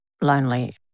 lonely